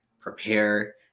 prepare